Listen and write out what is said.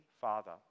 father